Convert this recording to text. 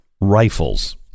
rifles